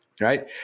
Right